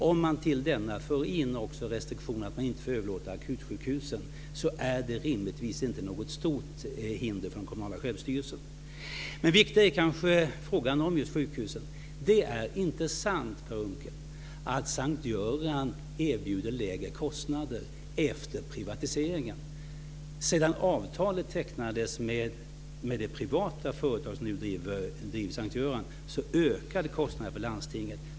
Om man till denna också inför restriktionen att man inte får överlåta akutsjukhusen är det rimligtvis inte något stort hinder för den kommunala självstyrelsen. Viktigare är kanske frågan om just sjukhusen. Det är inte sant, Per Unckel, att S:t Göran erbjuder lägre kostnader efter privatiseringen. Sedan avtalet tecknades med det privat företag som nu driver S:t Göran ökade kostnaderna för landstinget.